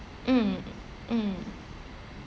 mm mm